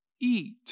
eat